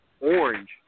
orange